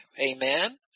Amen